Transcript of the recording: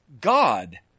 God